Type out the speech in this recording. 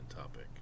topic